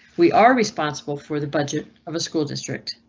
we are responsible for the budget of a school district.